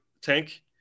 tank